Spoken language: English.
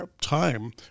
time